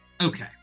Okay